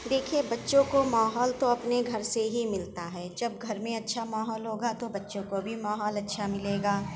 دیکھیے بچوں کو ماحول تو اپنے گھر سے ہی ملتا ہے جب گھر میں اچھا ماحول ہوگا تو بچوں کو بھی ماحول اچھا ملے گا